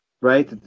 right